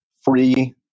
free